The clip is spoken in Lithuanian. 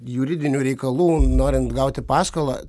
juridinių reikalų norint gauti paskolą